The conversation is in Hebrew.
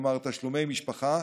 כלומר תשלומי משפחה,